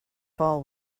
fall